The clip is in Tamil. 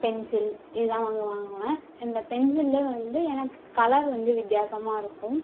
பென்சில் இது தான் வாங்கு வாங்குவேன் இந்த பென்சிலில் வந்து எனக்கு கலர் வந்து வித்தியாசமாக இருக்கும்